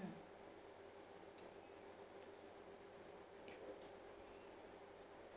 mm